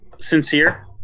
sincere